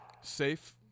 safe